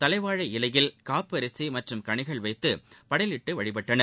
தலைவாழை இலையில் காப்பரிசி மற்றும் களிகள் வைத்து படையலிட்டு வழிபட்டனர்